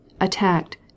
attacked